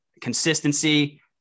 consistency